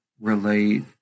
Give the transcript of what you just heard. relate